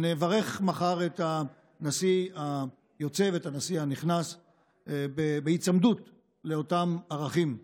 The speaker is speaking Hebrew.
נברך מחר את הנשיא היוצא ואת הנשיא הנכנס בהיצמדות לאותם ערכים נעלים.